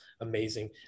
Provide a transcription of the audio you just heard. amazing